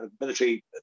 military